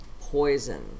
poison